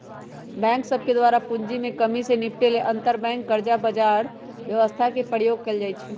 bank सभके द्वारा पूंजी में कम्मि से निपटे लेल अंतरबैंक कर्जा बजार व्यवस्था के प्रयोग कएल जाइ छइ